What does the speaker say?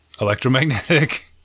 Electromagnetic